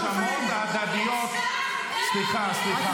במקום להעיר לחבר אופוזיציה שזועק את הזעקה -- זה בסדר.